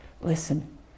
Listen